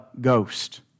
ghost